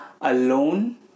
alone